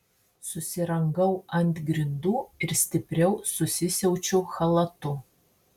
susirangau ant grindų ir stipriau susisiaučiu chalatu